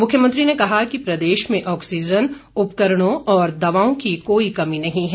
मुख्यमंत्री ने कहा कि प्रदेश में ऑक्सीज़न उपकरणों और दवाओं की कोई कमी नहीं है